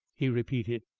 he repeated.